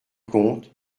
conte